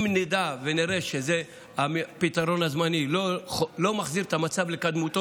אם נדע ונראה שהפתרון הזמני לא מחזיר את המצב לקדמותו,